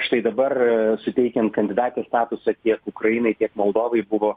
štai dabar suteikiant kandidatės statusą tiek ukrainai tiek moldovai buvo